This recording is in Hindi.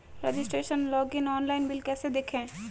रजिस्ट्रेशन लॉगइन ऑनलाइन बिल कैसे देखें?